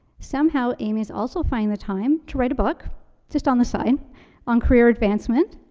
somehow, amy is also finding the time to write a book just on the side on career advancement.